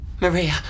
Maria